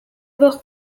were